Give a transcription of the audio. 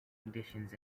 conditions